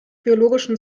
biologischen